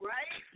Right